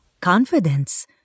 Confidence